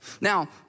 Now